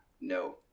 No